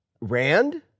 Rand